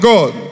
God